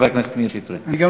הנני